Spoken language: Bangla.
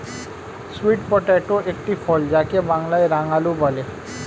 সুইট পটেটো একটি ফল যাকে বাংলায় রাঙালু বলে